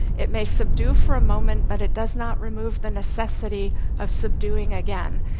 it may subdue for a moment, but it does not remove the necessity of subduing again.